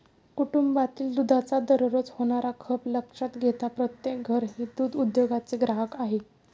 कुटुंबातील दुधाचा दररोज होणारा खप लक्षात घेता प्रत्येक घर हे दूध उद्योगाचे ग्राहक आहे